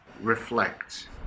reflect